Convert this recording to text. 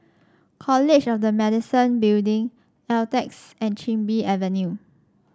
College of the Medicine Building Altez and Chin Bee Avenue